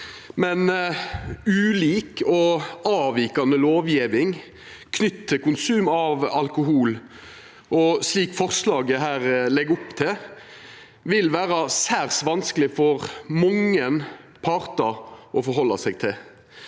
Ulik og avvikande lovgjeving knytt til konsum av alkohol, slik dette forslaget her legg opp til, vil vera særs vanskeleg for mange partar å forhalda seg til.